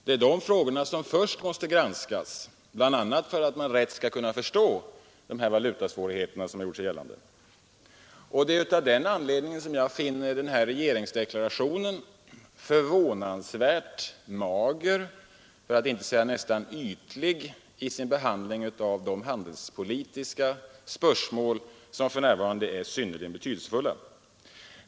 Det är de frågorna som först måste granskas, bl.a. för att man rätt skall kunna förstå de valutasvårigheter som gjort sig gällande. Av den anledningen finner jag regeringsdeklarationen förvånansvärt mager, för att inte säga ytlig, i sin behandling av de handelspolitiska spörsmål som för närvarande är synnerligen betydelsefulla.